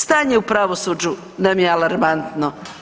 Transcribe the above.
Stanje u pravosuđu nam je alarmantno.